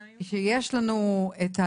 מיליון שקלים וכאן יש לנו כ-140,000 בתי